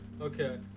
Okay